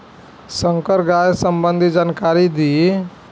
संकर गाय संबंधी जानकारी दी?